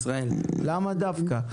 למה דווקא?